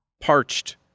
parched